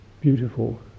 beautiful